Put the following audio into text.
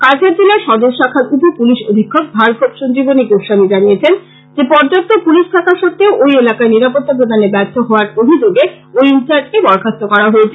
কাছাড় জেলার সদর শাখার উপ পুলিশ অধীক্ষক ভার্গব সঞ্জীবনী গোস্বামী জানিয়েছেন যে পর্যাপ্ত পুলিশ থাকা সত্বেও ঐ এলাকায় নিরাপত্তা প্রদানে ব্যর্থ হওয়ার অভিযোগে ঐ ইনচার্জকে বরখাস্ত করা হয়েছে